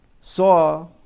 saw